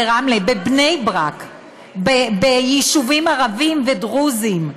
ברמלה, בבני ברק, ביישובים ערביים ודרוזיים,